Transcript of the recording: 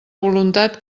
voluntat